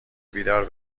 بیدار